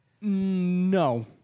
No